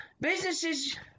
businesses